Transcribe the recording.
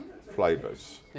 flavors